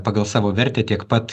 pagal savo vertę tiek pat